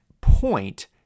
point